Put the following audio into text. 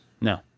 no